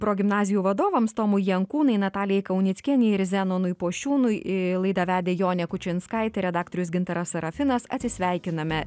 progimnazijų vadovams tomui jankūnui natalijai kaunickienei ir zenonui pošiūnui laidą vedė jonė kučinskaitė redaktorius gintaras sarafinas atsisveikiname